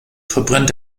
verbrennt